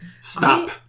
Stop